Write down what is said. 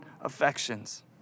affections